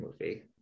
movie